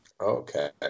Okay